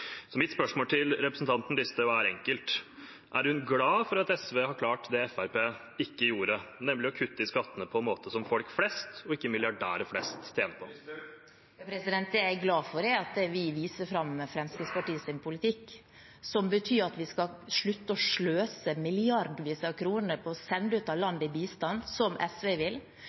Mitt spørsmål til representanten Listhaug er enkelt: Er hun glad for at SV har klart det Fremskrittspartiet ikke gjorde, nemlig å kutte i skattene på en måte som folk flest, og ikke milliardærer flest, tjener på? Det jeg er glad for, er at vi viser fram Fremskrittspartiets politikk, som betyr at vi skal slutte å sløse milliarder av kroner på å sende bistand ut av landet, som SV vil,